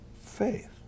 faith